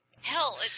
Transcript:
Hell